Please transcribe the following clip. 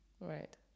Right